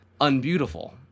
unbeautiful